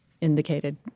indicated